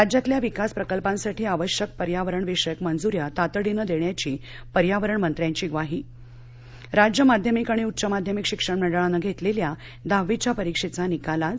राज्यातल्या विकासप्रकल्पांसाठी आवश्यक पर्यावरण विषयक मंजू या तातडीनं देण्याची पर्यावरणमंत्र्यांची ग्वाही राज्य माध्यमिक आणि उच्च माध्यमिक शिक्षण मंडळानं घेतलेल्या दहावीच्या परीक्षेचा निकाल आज